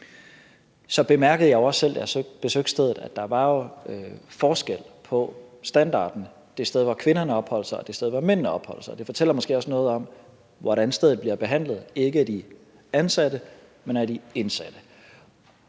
da jeg besøgte stedet, at der jo var forskel på standarden på det sted, hvor kvinderne opholdt sig, og det sted, hvor mændene opholdt sig. Og det fortæller måske også noget om, hvordan stedet bliver behandlet, ikke af de ansatte, men af de indsatte.